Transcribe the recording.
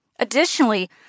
Additionally